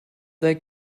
they